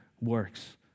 works